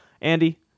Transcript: Andy